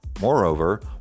Moreover